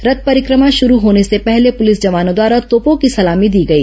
रथ परिक्रमा शुरू होने से पहले पुलिस जवानों द्वारा तोपों की सलामी दी गई